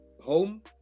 home